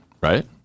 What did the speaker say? right